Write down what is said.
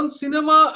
cinema